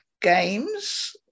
games